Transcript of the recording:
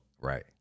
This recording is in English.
Right